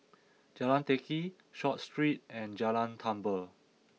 Jalan Teck Kee Short Street and Jalan Tambur